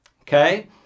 Okay